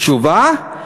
תשובה: